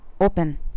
open